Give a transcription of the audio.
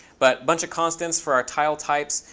but bunch of constants for our tile types,